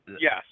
Yes